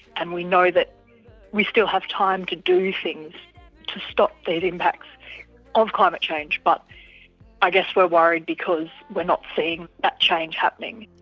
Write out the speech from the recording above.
and we know that we still have time to do things to stop these impacts of climate change but i guess we are worried because we are not seeing that change happening.